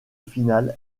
finale